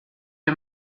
the